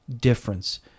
difference